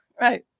right